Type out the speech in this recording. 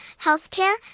healthcare